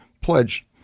pledged